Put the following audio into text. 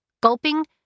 Gulping